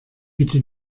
bitte